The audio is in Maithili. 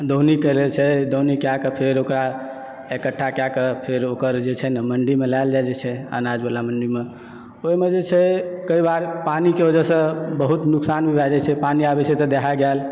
दौनी करैत छै दौनी कैकऽ फेर ओकरा एकट्ठा कएकऽ फेर ओकर जे छै न मण्डीमे लाओल जाइ छै अनाजवाला मण्डीमे ओहिमे जे छै कई बार पानीके वजहसँ बहुत नुकसान भी भए जाइत छै पानी आबय छै तऽ दहा गेल